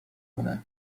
کنه